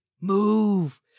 Move